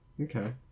Okay